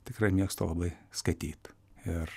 tikrai mėgstu labai skaityt ir